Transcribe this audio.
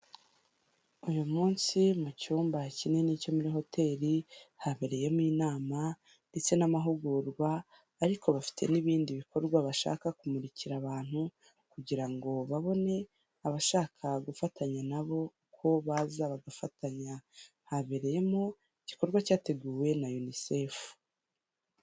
Uyu munsi mu cyumba kinini cyo muri hoteri, habereyemo inama ndetse n'amahugurwa ariko bafite n'ibindi bikorwa bashaka kumurikira abantu kugira ngo babone abashaka gufatanya na bo ko baza bagafatanya. Habereyemo igikorwa cyateguwe na UNICEF.